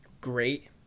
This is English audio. great